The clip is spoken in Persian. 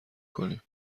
کنیم